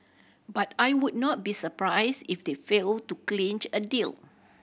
but I would not be surprised if they fail to clinch a deal